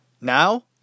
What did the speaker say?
Now